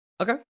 Okay